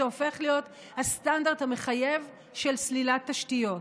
זה הופך להיות הסטנדרט המחייב של סלילת תשתיות.